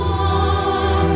oh